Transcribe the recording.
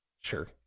Sure